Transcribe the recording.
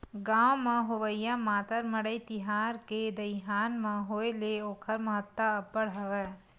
गाँव म होवइया मातर मड़ई तिहार के दईहान म होय ले ओखर महत्ता अब्बड़ हवय